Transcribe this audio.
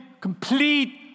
complete